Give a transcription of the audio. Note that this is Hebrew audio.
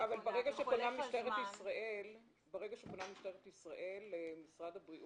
אבל ברגע שמשטרת ישראל פונה למשרד הבריאות,